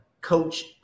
Coach